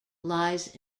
lies